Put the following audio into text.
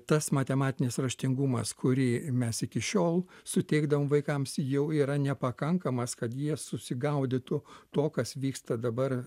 tas matematinis raštingumas kurį mes iki šiol suteikdavom vaikams jau yra nepakankamas kad jie susigaudytų to kas vyksta dabar